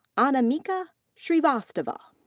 anamika shreevastava.